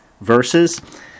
verses